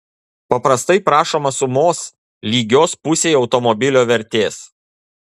paprastai prašoma sumos lygios pusei automobilio vertės